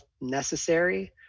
necessary